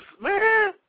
Man